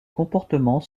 comportement